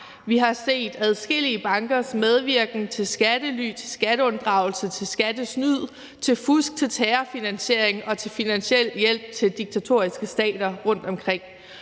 vi har set adskillige bankers medvirken til skattely, til skatteunddragelse, til skattesnyd, til fusk, til terrorfinansiering og til finansiel hjælp til diktatoriske stater rundtomkring,